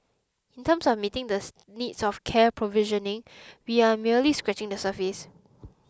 in terms of meeting this needs of care provisioning we are merely scratching the surface